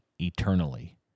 eternally